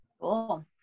Cool